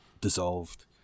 dissolved